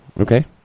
Okay